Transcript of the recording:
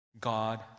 God